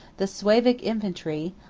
the suevic infantry,